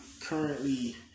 currently